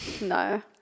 No